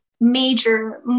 major